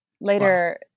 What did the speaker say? Later